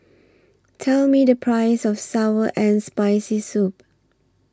Tell Me The Price of Sour and Spicy Soup